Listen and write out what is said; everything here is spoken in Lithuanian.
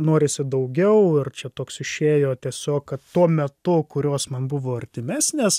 norisi daugiau ir čia toks išėjo tiesiog kad tuo metu kurios man buvo artimesnės